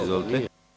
Izvolite.